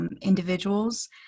individuals